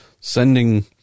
sending